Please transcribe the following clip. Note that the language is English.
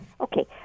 okay